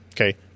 Okay